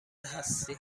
هستی